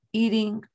eating